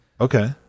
Okay